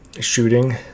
shooting